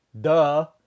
Duh